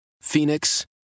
Phoenix